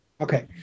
Okay